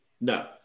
No